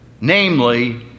namely